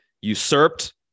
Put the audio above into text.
usurped